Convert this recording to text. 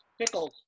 Pickles